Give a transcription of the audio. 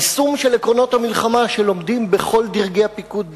היישום של עקרונות המלחמה שלומדים בכל דרגי הפיקוד בצה"ל,